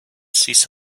ceased